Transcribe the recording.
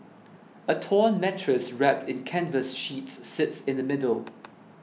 a torn mattress wrapped in canvas sheets sits in the middle